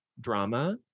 drama